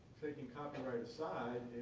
taking copyright aside,